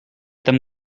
them